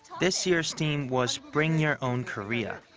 this year's theme was bring your own korea,